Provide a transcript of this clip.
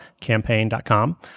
campaign.com